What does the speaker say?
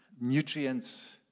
nutrients